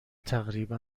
تقریبا